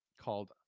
called